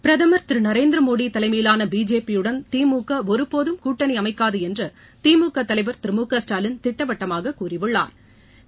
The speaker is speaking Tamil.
பிரதமர் திரு நரேந்திர மோடி தலைமையிலான பிஜேபி யுடன் திமுக ஒருபோதும் கூட்டணி அமைக்காது என்று திமுக தலைவா் திரு மு க ஸ்டாலின் திட்டவட்டமாக கூறியுள்ளாா்